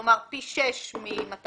כלומר, פי שש מ-226,000.